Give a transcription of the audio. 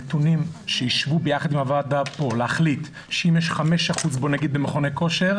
נתונים שישבו ביחד עם הוועדה פה להחליט שאם יש 5% בוא נגיד במכוני כושר,